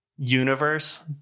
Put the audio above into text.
universe